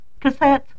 cassettes